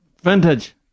vintage